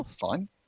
Fine